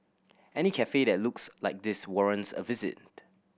any cafe that looks like this warrants a visit